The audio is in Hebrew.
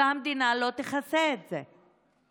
והמדינה לא תכסה את זה.